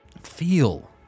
feel